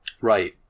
Right